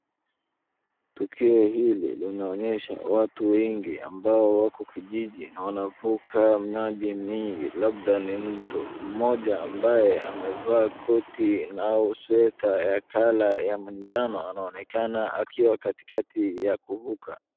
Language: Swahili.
Tukio hili, linaonyesha watu wengi, ambao wako kijiji, na wanavuka mnaji mbili, labda ni mto. Mmoja ambaye amevaa koti au sweta ya colour ya manjano anaonekana akiwa katikati ya kuvuka.